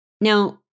Now